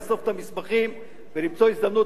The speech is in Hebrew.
לאסוף את המסמכים ולמצוא הזדמנות,